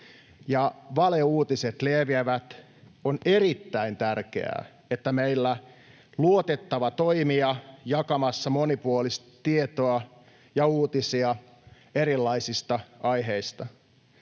valeuutiset leviävät, on erittäin tärkeää, että meillä on luotettava toimija jakamassa monipuolista tietoa ja uutisia erilaisista aiheista.